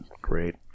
Great